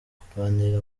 kugarura